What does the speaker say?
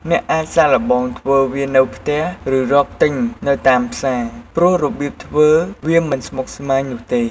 អ្នកអាចសាកល្បងធ្វើវានៅផ្ទះ ឬរកទិញនៅតាមផ្សារ ព្រោះរបៀបធ្វើវាមិនស្មុគស្មាញនោះទេ។